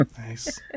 Nice